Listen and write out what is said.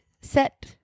set